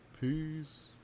Peace